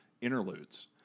interludes